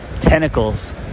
tentacles